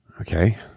okay